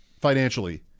financially